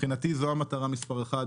מבחינתי זאת המטרה מספר אחת,